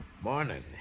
Morning